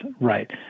Right